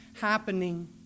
happening